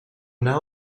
now